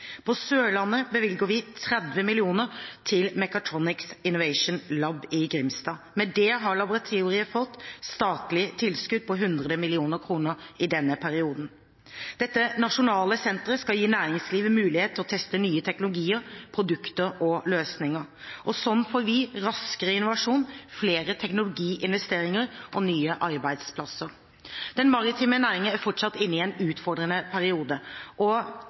På Sørlandet bevilger vi 30 mill. kr til Mechatronics Innovation Lab i Grimstad. Med det har laboratoriet fått statlige tilskudd på 100 mill. kr i denne perioden. Dette nasjonale senteret skal gi næringslivet mulighet til å teste nye teknologier, produkter og løsninger. Sånn får vi raskere innovasjon, flere teknologiinvesteringer og nye arbeidsplasser. Den maritime næringen er fortsatt inne i en utfordrende periode, og